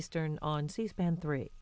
eastern on c span three